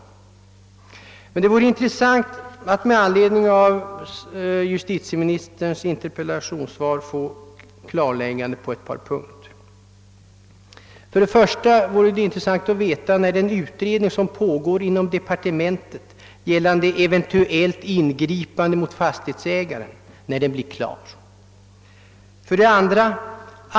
Det vore emellertid intressant att med anledning av justitieministerns interpellationssvar få ett par punkter klarlagda. När blir den utredning som pågår i departementet om eventuellt ingripande mot fastighetsägare klar?